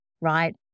right